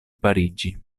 parigi